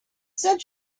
said